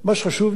בקיץ הזה,